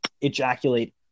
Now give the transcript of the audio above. ejaculate